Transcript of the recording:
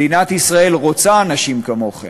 מדינת ישראל רוצה אנשים כמוכם.